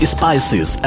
Spices